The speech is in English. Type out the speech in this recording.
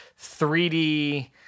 3D